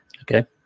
Okay